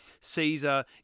Caesar